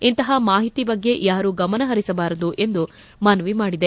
ಇಂತಹ ಮಾಹಿತಿ ಬಗ್ಗೆ ಯಾರೂ ಗಮನಹರಿಸಬಾರದು ಎಂದು ಮನವಿ ಮಾಡಿದೆ